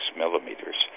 millimeters